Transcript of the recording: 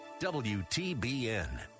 WTBN